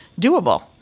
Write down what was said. doable